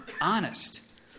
honest